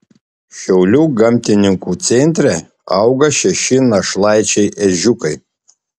šiaulių gamtininkų centre auga šeši našlaičiai ežiukai